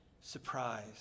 surprise